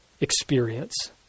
experience